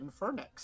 Infernix